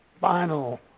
final